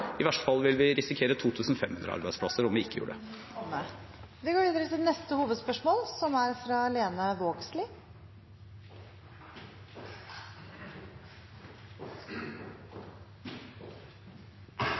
i verste fall ville vi risikere 2 500 arbeidsplasser om vi ikke gjorde noe. Da er taletiden omme. Vi går videre til neste hovedspørsmål.